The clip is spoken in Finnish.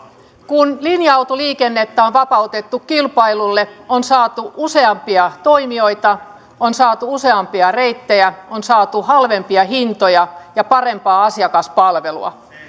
kun linja autoliikennettä on vapautettu kilpailulle on saatu useampia toimijoita on saatu useampia reittejä on saatu halvempia hintoja ja parempaa asiakaspalvelua